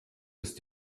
ist